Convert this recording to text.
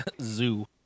Zoo